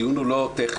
הדיון לא טכני.